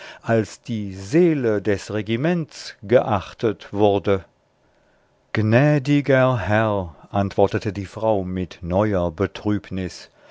als die seele des regiments geachtet wurde gnädiger herr antwortete die frau mit neuer betrübnis